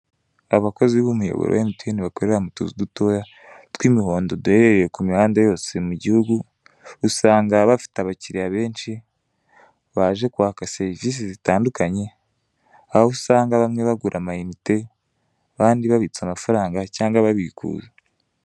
Abakozi b'umuyoboro wa MTN bakorera mu tu dutoya tw'imihondo duherereye ku mihanda yose mu gihugu, usanga bafite abakiriya benshi baje kwaka serivisi zitandukanye, aho usanga bamwe bagura amayinite, abandi babitsa amafaranga cyangwa babikuza.